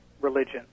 religion